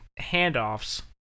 handoffs